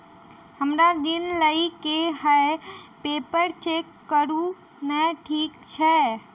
हमरा ऋण लई केँ हय पेपर चेक करू नै ठीक छई?